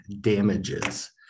damages